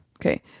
Okay